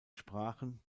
sprachen